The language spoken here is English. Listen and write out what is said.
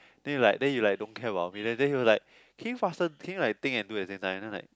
then it like then it like don't care about me then he was like can you faster can you like think and do at the same time then I was like